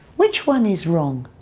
which one is wrong?